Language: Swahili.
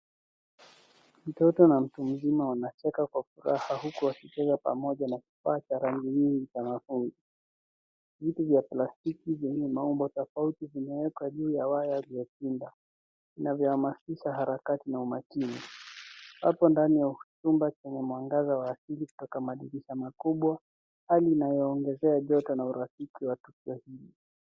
Kitoto na mtu mzima wanacheka kwa furaha huku wakicheza pamoja na kifaa cha rangi nyingi kwa wanafunzi. Viti vya plastiki yenye maumbo tofauti vimewekwa juu ya waya vya tinda. Inavyahamasisha harakati na umakini. Hapo ndani ya chumba cha mwangaza wa asili kutoka madirisha makubwa hali inayoongezea joto na urafiki wa kituo hili.